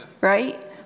right